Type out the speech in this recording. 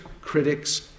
critics